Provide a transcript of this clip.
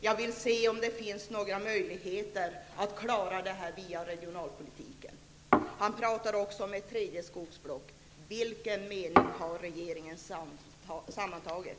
Jag vill se om det finns några möjligheter att klara detta via regionalpolitiken. Han pratar också om ett tredje skogsblock. Vilken mening har regeringen sammantaget?